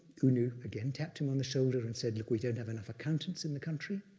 u nu again tapped him on the shoulder and said, look, we don't have enough accountants in the country.